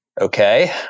okay